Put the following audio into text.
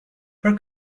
her